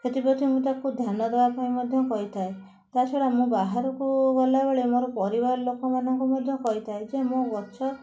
ସେଥିପ୍ରତି ମୁଁ ତାକୁ ଧ୍ୟାନ ଦେବା ପାଇଁ ମଧ୍ୟ କହିଥାଏ ତା ଛଡ଼ା ମୁଁ ବାହାରକୁ ଗଲାବେଳେ ମୋର ପରିବାର ଲୋକ ମାନଙ୍କୁ ମଧ୍ୟ କହିଥାଏ ଯେ ମୋ ଗଛ